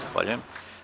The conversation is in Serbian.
Zahvaljujem.